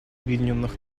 объединенных